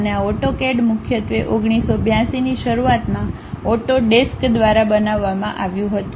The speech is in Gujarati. અને આ AutoCAD મુખ્યત્વે 1982 ની શરૂઆતમાં AUTO desk દ્વારા બનાવવામાં આવ્યું હતું